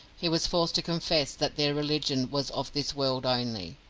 he was forced to confess that their religion was of this world only.